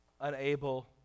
unable